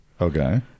Okay